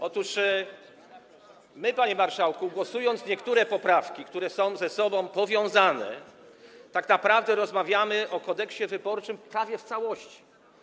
Otóż my, panie marszałku, głosując nad niektórymi poprawkami, które są ze sobą powiązane, tak naprawdę rozmawiamy o Kodeksie wyborczym prawie w całości.